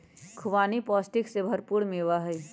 खुबानी पौष्टिक से भरपूर मेवा हई